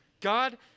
God